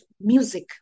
music